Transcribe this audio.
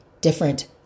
different